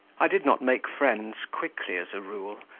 i did not make friends quickly as a rule,